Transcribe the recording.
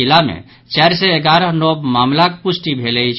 जिला मे चारि सय एगारह नव मामिलाक पुष्टि भेल अछि